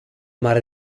mare